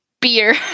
Beer